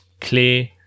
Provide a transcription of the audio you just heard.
clear